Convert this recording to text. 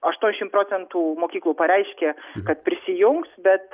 aštuoniasšim procentų mokyklų pareiškė kad prisijungs bet